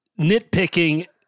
nitpicking